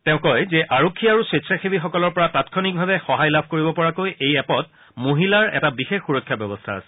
তেওঁ কয় যে আৰক্ষী আৰু স্বেছাসেৱীসকলৰ পৰা তাৎক্ষণিকভাৱে সহায় লাভ কৰিব পৰাকৈ এই এপ'ত মহিলাৰ এটা বিশেষ সুৰক্ষা ব্যৱস্থা আছে